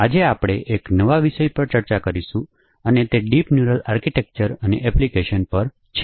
આજે આપણે એક નવા વિષય પર ચર્ચા કરીશું અને તે ડીપ ન્યુરલ આર્કિટેક્ચર અને એપ્લિકેશનપર છે